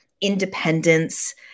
independence